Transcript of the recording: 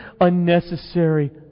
unnecessary